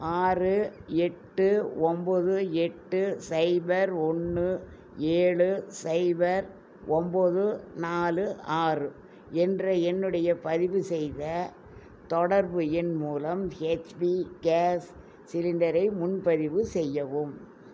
ஆறு எட்டு ஒம்பது எட்டு சைபர் ஒன்று ஏழு சைபர் ஒம்பது நாலு ஆறு என்ற என்னுடைய பதிவுசெய்த தொடர்பு எண் மூலம் ஹெச்பி கேஸ் சிலிண்டரை முன்பதிவு செய்யவும்